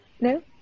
No